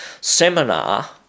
seminar